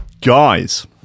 guys